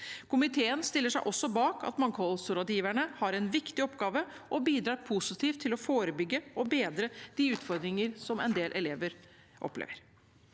Komiteen stiller seg også bak at mangfoldsrådgiverne har en viktig oppgave og bidrar positivt til å forebygge og bedre de utfordringer som en del elever opplever.